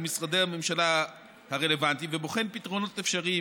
משרדי הממשלה הרלוונטיים ובוחן פתרונות אפשריים.